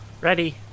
Ready